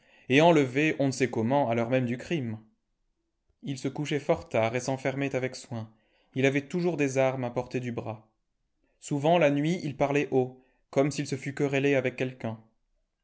et enlevée on ne sait comment à l'heure même du crime il se couchait fort tard et s'enfermait avec soin il avait toujours des armes à portée du bras souvent la nuit il parlait haut comme s'il se fût querellé avec quelqu'un